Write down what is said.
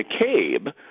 McCabe